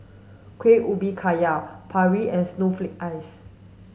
Kuih Ubi Kayu Paru and snowflake ice